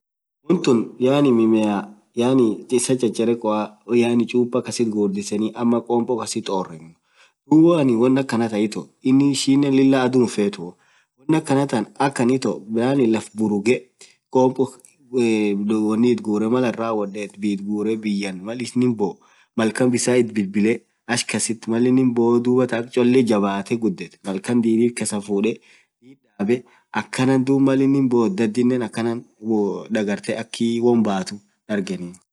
wontuun yaani miimea isaa chacharekoa kompo kasit gudiseen.ama kompoo kasit oreen, duub ishiinen lilaa aduu hinfetuu.yaan woan anin itoo laff burugee bisaan itbilbilee dub minkasa basee malin boo akdansaa gudet kasa basee duub dadineen dagart ak woan baatu.